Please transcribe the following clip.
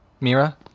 Mira